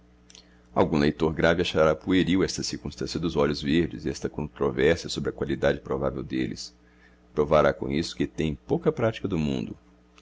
algum leitor grave achará pueril esta circunstância dos olhos verdes e esta controvérsia sobre a qualidade provável deles provará com isso que tem pouca prática do mundo